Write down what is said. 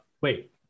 wait